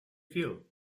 feel